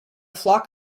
flock